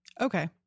Okay